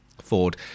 ford